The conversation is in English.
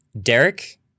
Derek